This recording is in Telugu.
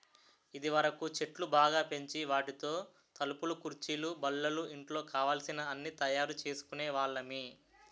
ఇదివరకు చెట్లు బాగా పెంచి వాటితో తలుపులు కుర్చీలు బల్లలు ఇంట్లో కావలసిన అన్నీ తయారు చేసుకునే వాళ్ళమి